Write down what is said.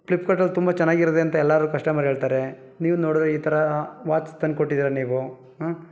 ಫ್ಲಿಪ್ಕಾರ್ಟಲ್ಲಿ ತುಂಬ ಚೆನ್ನಾಗಿರುತ್ತೆ ಅಂತ ಎಲ್ಲರೂ ಕಸ್ಟಮರ್ ಹೇಳ್ತಾರೆ ನೀವು ನೋಡಿದರೆ ಈ ಥರ ವಾಚ್ ತಂದ್ಕೊಟ್ಟಿದ್ದೀರ ನೀವು ಹಾಂ